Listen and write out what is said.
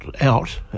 out